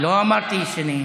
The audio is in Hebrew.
אני לא אמרתי, שלא,